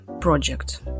project